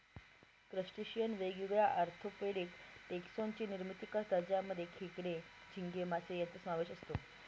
crustacean वेगवेगळ्या orthopaedic taxon ची निर्मिती करतात ज्यामध्ये खेकडे, झिंगे, मासे यांचा समावेश असतो